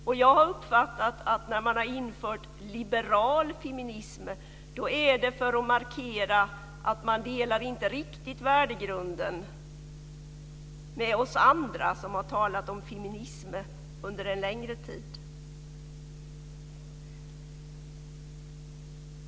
När man har infört liberal feminism har jag uppfattat att det är för att markera att man inte riktigt delar värdegrunden med oss andra som har talat om feminism under en lägre tid.